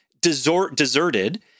deserted